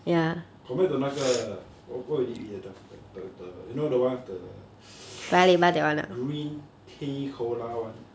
compared to 那个 wha~ what did you eat that time you know the one with the green tea cola one